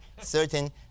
certain